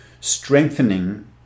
strengthening